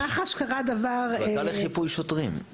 מחלקה לחיפוי שוטרים.